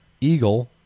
eagle